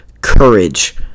courage